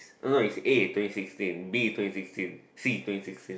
no no is A twenty sixteen B twenty sixteen C twenty sixteen